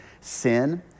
sin